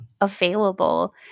available